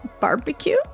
barbecue